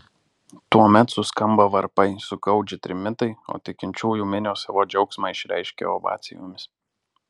tuomet suskamba varpai sugaudžia trimitai o tikinčiųjų minios savo džiaugsmą išreiškia ovacijomis